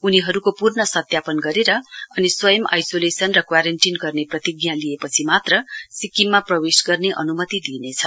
उनीहरूको पूर्ण सत्यापन गरेर अनि स्वंय आइसोलेशन र क्वारेन्टीन गर्ने प्रतिज्ञा लिएपछि मात्र सिक्किममा प्रवेश गर्ने अनुमति दिइनेछ